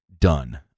done